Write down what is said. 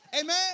Amen